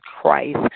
Christ